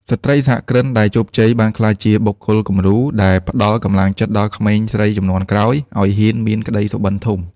ស្ត្រីសហគ្រិនដែលជោគជ័យបានក្លាយជាបុគ្គលគំរូ ដែលផ្ដល់កម្លាំងចិត្តដល់ក្មេងស្រីជំនាន់ក្រោយឱ្យហ៊ានមានក្ដីសុបិនធំ។